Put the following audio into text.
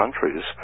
countries